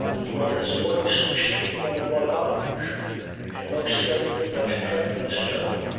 flora's voice wished me bon voyage in a most friendly but tremulous tone.